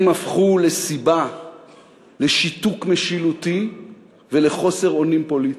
הם הפכו לסיבה לשיתוק משילותי ולחוסר אונים פוליטי.